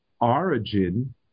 origin